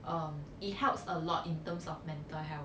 um it helps a lot in terms of mental health